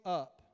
up